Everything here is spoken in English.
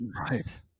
right